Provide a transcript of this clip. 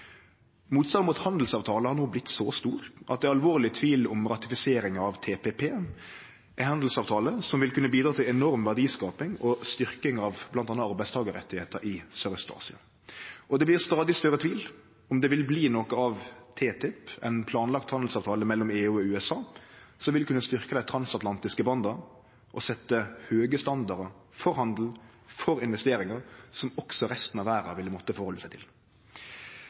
Motstanden mot handelsavtalar har no vorte så stor at det er alvorleg tvil om ratifisering av TPP, ein handelsavtale som vil kunne bidra til enorm verdiskaping og styrking av bl.a. arbeidstakarrettar i Søraust-Asia, og det blir stadig større tvil om det vil bli noko av TTIP, ein planlagd handelsavtale mellom EU og USA, som vil kunne styrkje dei transatlantiske banda og setje høge standardar for handel og for investeringar, som også resten av verda ville måtte rette seg